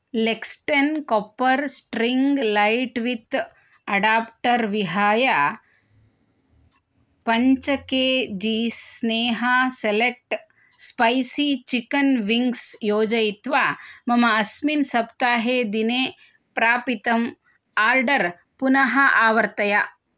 लेक्स्टेन् copper string light with adapter विहाय पञ्च K Gs Sneha select spicy chicken wings योजयित्वा मम अस्मिन् सप्ताहे दिने प्रापितम् आर्डर् पुनः आवर्तय